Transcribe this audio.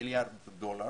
מיליארד דולר,